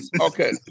Okay